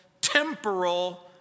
temporal